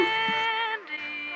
Candy